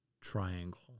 triangle